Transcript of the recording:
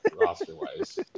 roster-wise